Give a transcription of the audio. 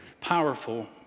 powerful